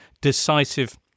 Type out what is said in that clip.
decisive